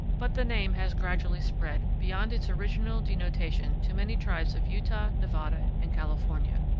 but the name has gradually spread beyond its original denotation to many tribes of utah, nevada, and california.